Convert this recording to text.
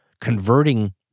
converting